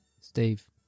Steve